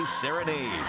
Serenade